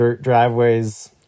driveways